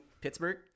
Pittsburgh